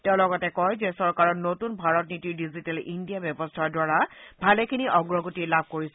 তেওঁ লগতে কয় যে চৰকাৰৰ নতুন ভাৰত নীতিৰ ডিজিটেল ইণ্ডিয়া ব্যৱস্থাৰ দ্বাৰা ভালেখিনি অগ্ৰগতি লাভ কৰিছে